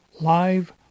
live